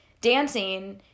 dancing